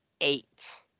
eight